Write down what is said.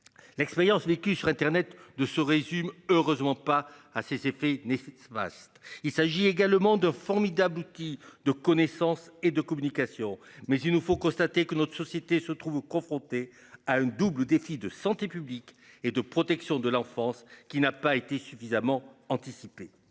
L'expérience vécue sur internet de se résume heureusement pas à ces effets néfastes. Ce vaste. Il s'agit également de formidable outil de connaissance et de communication mais il nous faut constater que notre société se trouve confronté à un double défi de santé publique et de protection de l'enfance qui n'a pas été suffisamment anticipé